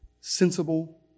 sensible